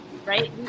Right